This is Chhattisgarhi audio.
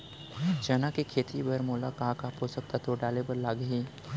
चना के खेती बर मोला का का पोसक तत्व डाले बर लागही?